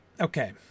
Okay